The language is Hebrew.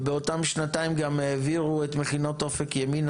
ובאותן שנתיים גם העבירו את מכינות אופק ימינה,